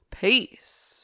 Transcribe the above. Peace